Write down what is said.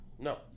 No